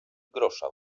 grosza